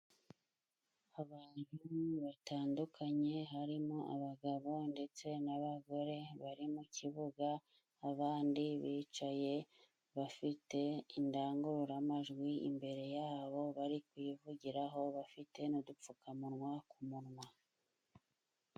Abantu batandukanye harimo abagabo ndetse n'abagore bari mu kibuga, abandi bicaye bafite indangururamajwi imbere yabo bari kuyivugiraho bafite n'udupfukamunwa ku munwa.